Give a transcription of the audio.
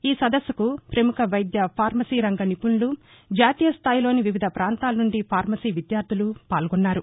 ఈ సదస్సుకు ప్రముఖ వైద్య ఫార్మసీ రంగ నిపుణులు జాతీయ స్థాయిలోని వివిధ పాంతాలనుండి ఫార్మసీ విద్యార్థులు పాల్గొన్నారు